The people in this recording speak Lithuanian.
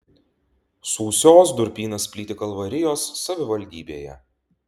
sūsios durpynas plyti kalvarijos savivaldybėje